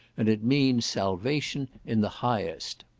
and it means salvation in the highest.